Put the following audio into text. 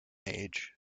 age